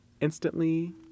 Instantly